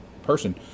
person